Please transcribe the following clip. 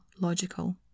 logical